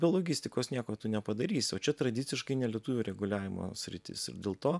be logistikos nieko tu nepadarysi o čia tradiciškai ne lietuvių reguliavimo sritis ir dėl to